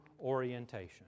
orientation